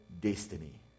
destiny